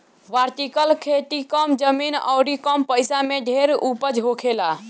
vertical खेती कम जमीन अउरी कम पइसा में ढेर उपज होखेला